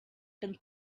been